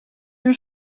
you